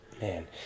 Man